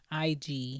ig